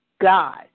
God